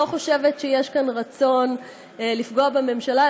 אני לא חושבת שיש כאן רצון לפגוע בממשלה,